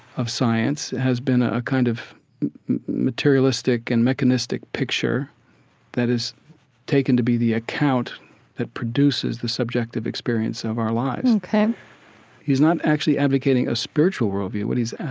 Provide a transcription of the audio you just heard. of science has been ah a kind of materialistic and mechanistic picture that is taken to be the account that produces the subjective experience of our lives ok he's not actually advocating a spiritual worldview. what he's